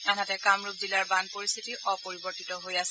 আনহাতে কামৰূপ জিলাৰ বান পৰিস্থিতি অপৰিৱৰ্তিত হৈয়ে আছে